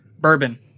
Bourbon